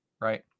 right